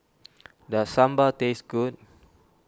does Sambar taste good